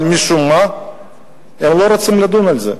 אבל משום מה הם לא רוצים לדון על זה.